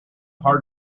hard